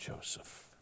Joseph